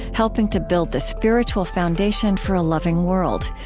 helping to build the spiritual foundation for a loving world.